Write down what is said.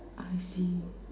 I see